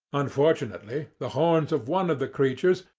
unfortunately the horns of one of the creatures,